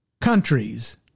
Countries